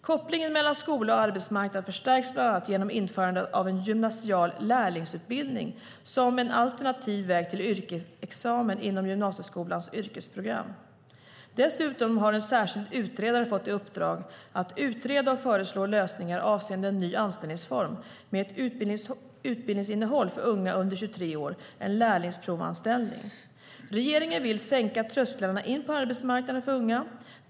Kopplingen mellan skola och arbetsmarknad förstärks bland annat genom införandet av en gymnasial lärlingsutbildning som en alternativ väg till yrkesexamen inom gymnasieskolans yrkesprogram. Dessutom har en särskild utredare fått i uppdrag att utreda och föreslå lösningar avseende en ny anställningsform med ett utbildningsinnehåll för unga under 23 år, en lärlingsprovanställning. Regeringen vill sänka trösklarna in på arbetsmarknaden för unga.